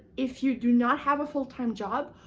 if you do not have a full-time job,